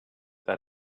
that